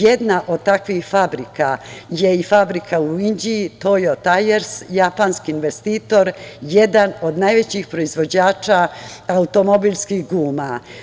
Jedna od takvih fabrika je i fabrika u Inđiji, „Tojo tajers“, japanski investitor, jedan od najvećih proizvođači automobilskih guma.